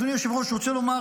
אדוני היושב-ראש, רוצה לומר